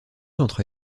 entre